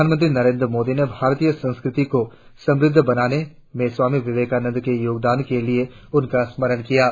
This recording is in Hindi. प्रधानमंत्री नरेंद्र मोदी ने भारतीय संस्कृति को समृद्ध बनाने में स्वामी विवेकानंद के योगदान के लिए उनका स्मरण किया है